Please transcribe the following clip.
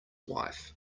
wife